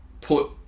put